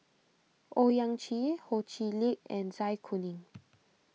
Owyang Chi Ho Chee Lick and Zai Kuning